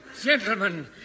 gentlemen